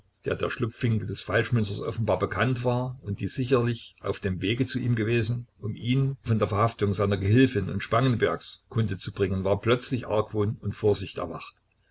der der schlupfwinkel des falschmünzers offenbar bekannt war und die sicherlich auf dem wege zu ihm gewesen um ihm von der verhaftung seiner gehilfin und spangenbergs kunde zu bringen war plötzlich argwohn und vorsicht erwacht